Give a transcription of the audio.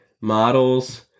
models